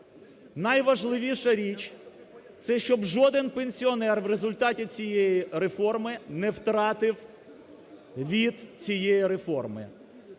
Найважливіша річ – це, щоб жоден пенсіонер у результаті цієї реформи не втратив від цієї реформи.